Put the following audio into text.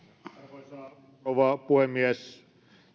arvoisa rouva puhemies